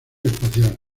espacial